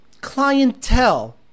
clientele